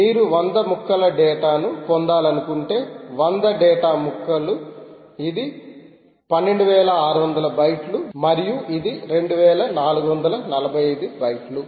మీరు 100 ముక్కల డేటా ను పొందాలనుకుంటే 100 డేటా ముక్కలు ఇది 12600 బైట్లు మరియు ఇది 2445 బైట్లు